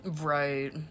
Right